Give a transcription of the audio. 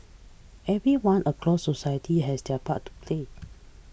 everyone across society has their part to play